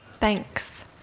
Thanks